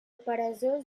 peresós